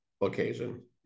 occasion